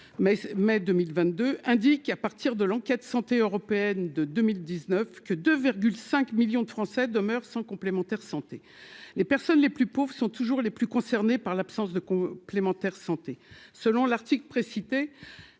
mai 2022 indique à partir de l'enquête Santé européennes de 2019 que de 5 millions de Français demeurent sans complémentaire santé, les personnes les plus pauvres sont toujours les plus concernés par l'absence de complémentaire santé, selon l'article précité,